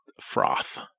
froth